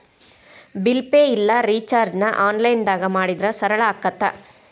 bill pay ಇಲ್ಲಾ ರಿಚಾರ್ಜ್ನ ಆನ್ಲೈನ್ದಾಗ ಮಾಡಿದ್ರ ಸರಳ ಆಗತ್ತ